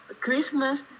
Christmas